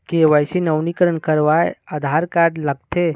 KYC नवीनीकरण करवाये Aadhaar card लगथे?